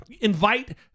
invite